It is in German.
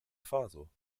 faso